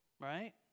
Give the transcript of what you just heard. Right